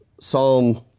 Psalm